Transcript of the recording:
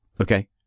Okay